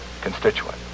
constituent